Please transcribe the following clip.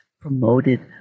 promoted